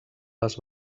les